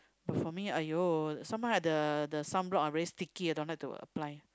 but for me !aiyo! sometime right the the sunblock very sticky I don't like to apply